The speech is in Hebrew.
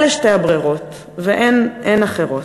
אלה שתי האפשרויות ואין אחרות.